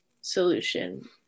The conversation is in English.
solution